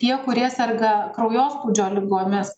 tie kurie serga kraujospūdžio ligomis